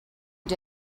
did